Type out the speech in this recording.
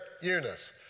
Eunice